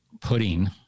pudding